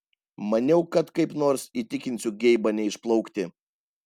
maniau kad kaip nors įtikinsiu geibą neišplaukti